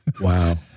Wow